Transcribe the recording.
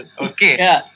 Okay